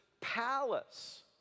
palace